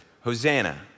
Hosanna